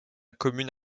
commune